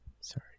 Sorry